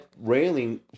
railing